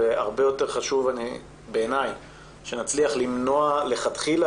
והרבה יותר חשוב בעיניי שנצליח למנוע מלכתחילה